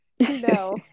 no